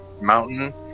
mountain